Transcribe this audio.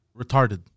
retarded